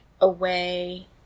away